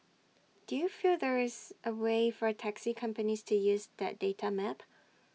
do you feel there is A way for taxi companies to use that data map